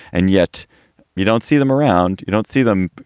and yet you don't see them around. you don't see them,